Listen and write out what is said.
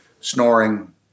snoring